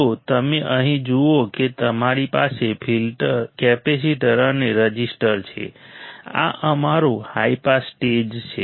તો તમે અહીં જુઓ કે અમારી પાસે કેપેસિટર અને રઝિસ્ટર છે આ અમારું હાઇ પાસ સ્ટેજ છે